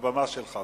הבמה שלך.